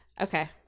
Okay